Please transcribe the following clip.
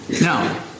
Now